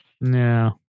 No